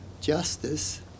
justice